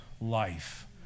life